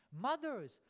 Mothers